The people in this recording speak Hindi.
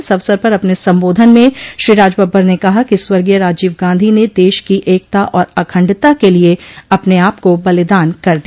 इस अवसर पर अपने संबोधन में श्री राज बब्बर ने कहा कि स्वर्गीय राजीव गांधी ने देश की एकता और अखंडता के लिये अपने आपको बलिदान कर दिया